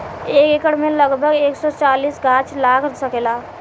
एक एकड़ में लगभग एक सौ चालीस गाछ लाग सकेला